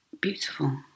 beautiful